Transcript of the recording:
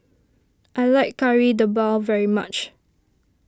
I like Kari Debal very much